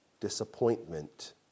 disappointment